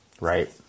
Right